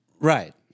Right